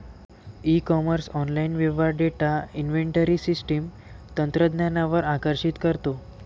E commerce online व्यवहार data inventory system तंत्रज्ञानावर आकर्षित करतो